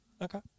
Okay